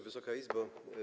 Wysoka Izbo!